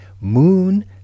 Moon